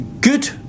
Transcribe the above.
good